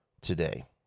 today